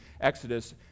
Exodus